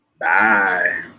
bye